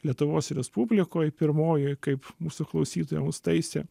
lietuvos respublikoj pirmojoj kaip mūsų klausytoja mus taisė